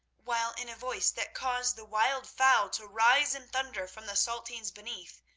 while in a voice that caused the wild fowl to rise in thunder from the saltings beneath,